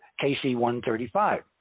KC-135